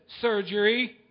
surgery